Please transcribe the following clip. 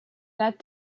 that